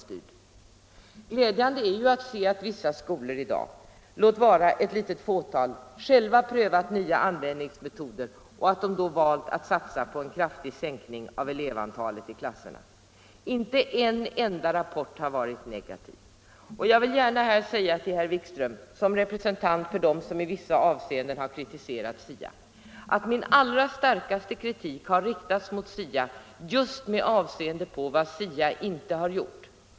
Det är glädjande att se att vissa skolor i dag — låt vara ett fåtal — själva prövat nyare användningsmetoder och då valt att satsa på en kraftig sänkning av elevantalet i klasserna. Inte en enda rapport har varit negativ. Som representant för dem som i vissa avseenden har kritiserat SIA vill jag säga till herr Wikström att min allra starkaste kritik har riktats mot SIA just för vad SIA inte har gjort.